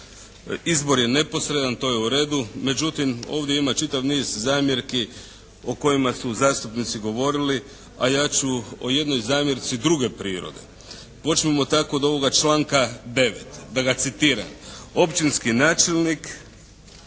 Izbor je neposredan, to je u redu, međutim ovdje ima čitav niz zamjerki o kojima su zastupnici govorili, a ja ću o jednoj zamjerci druge prirode. Počnimo tako od ovoga članka 9., da ga citiram općinski načelnik,